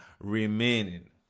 remaining